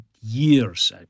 years